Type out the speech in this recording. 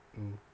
mm